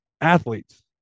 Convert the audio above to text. athletes